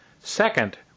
Second